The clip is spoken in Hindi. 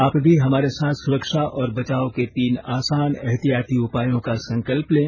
आप भी हमारे साथ सुरक्षा और बचाव के तीन आसान एहतियाती उपायों का संकल्प लें